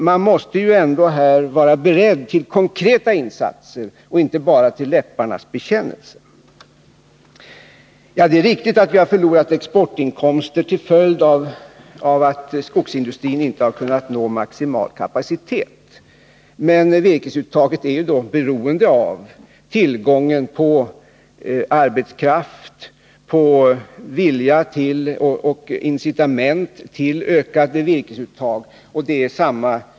Men här måste man ändå vara beredd till konkreta insatser och inte bara till läpparnas bekännelse. Det är riktigt att vi som en följd av att skogsindustrin inte har kunnat uppnå maximal kapacitet har förlorat exportinkomster. Virkesuttaget är dock beroende av tillgången på arbetskraft samt vilja och incitament till ökade virkesuttag.